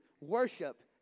Worship